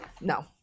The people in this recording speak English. No